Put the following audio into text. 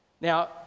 Now